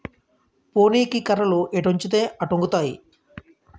పోనీకి కర్రలు ఎటొంచితే అటొంగుతాయి